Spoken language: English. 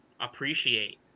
appreciate